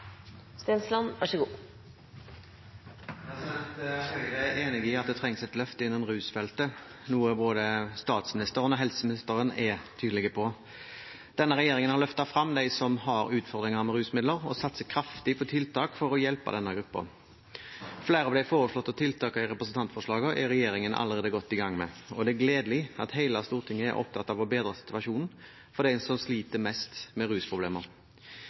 er enig i at det trengs et løft innen rusfeltet, noe både statsministeren og helseministeren er tydelige på. Denne regjeringen har løftet frem dem som har utfordringer med rusmidler, og satser kraftig på tiltak for å hjelpe denne gruppen. Flere av de foreslåtte tiltakene i representantforslaget er regjeringen allerede godt i gang med, og det er gledelig at hele Stortinget er opptatt av å bedre situasjonen for dem som sliter mest med rusproblemer.